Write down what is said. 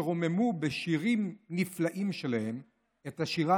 שרוממו בשירים הנפלאים שלהם את השירה